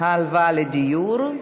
הלוואה לדיור),